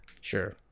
sure